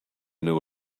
new